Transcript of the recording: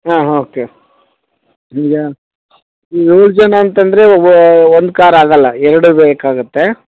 ಹಾಂ ಓಕೆ ಈಗ ನೀವು ಏಳು ಜನ ಅಂತಂದರೆ ಒನ್ ಕಾರ್ ಆಗಲ್ಲ ಎರಡೇ ಬೇಕಾಗತ್ತೆ